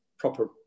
proper